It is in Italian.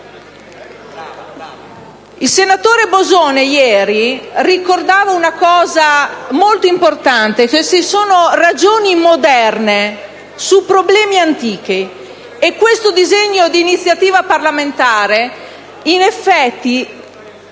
Il senatore Bosone ieri ricordava un aspetto molto importante: ci sono ragioni moderne su problemi antichi. E questo disegno d'iniziativa parlamentare in effetti